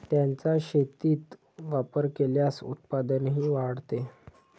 त्यांचा शेतीत वापर केल्यास उत्पादनही वाढते